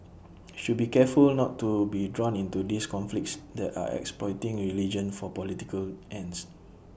should be careful not to be drawn into these conflicts that are exploiting religion for political ends